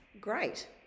Great